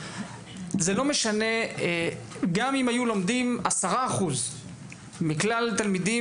גם אם היו לומדים 10% מכלל התלמידים,